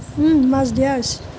মাছ দিয়া হৈছে